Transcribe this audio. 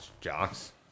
Jocks